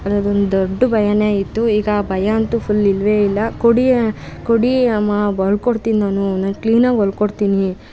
ಅನ್ನೊದೊಂದು ದೊಡ್ಡ ಭಯಾನೇ ಇತ್ತು ಈಗ ಆ ಭಯಾ ಅಂತೂ ಫುಲ್ ಇಲ್ಲವೇ ಇಲ್ಲ ಕೊಡಿ ಕೊಡಿ ಅಮ್ಮಾ ಹೊಲ್ಕೊಡ್ತೀನಿ ನಾನು ನಾನು ಕ್ಲೀನಾಗಿ ಹೊಲ್ಕೊಡ್ತೀನಿ